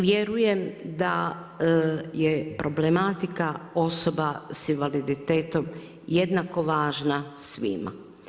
Vjerujem da je problematika osoba sa invaliditetom jednako važna svima.